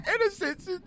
innocence